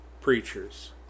preachers